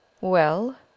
Well